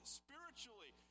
spiritually